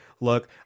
look